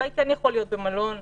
עדיין אולי יכול להיות במלון בבידוד.